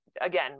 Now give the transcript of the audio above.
again